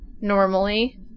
normally